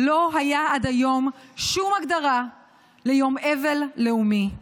עד היום לא הייתה שום הגדרה ליום אבל לאומי.